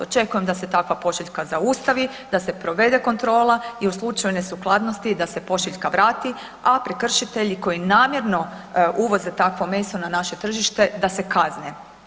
Očekujem da se takva pošiljka zaustavi, da se provede kontrola i u slučaju nesuglasnosti da se pošiljka vrati, a prekršitelji koji namjerno uvoze takvo meso na naše tržište da se kazne.